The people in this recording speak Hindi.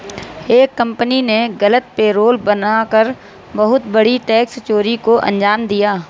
एक कंपनी ने गलत पेरोल बना कर बहुत बड़ी टैक्स चोरी को अंजाम दिया